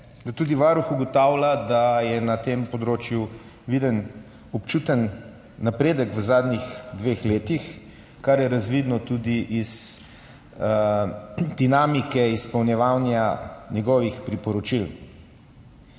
da tudi Varuh ugotavlja, da je na tem področju viden občuten napredek v zadnjih dveh letih, kar je razvidno tudi iz dinamike izpolnjevanja njegovih priporočil.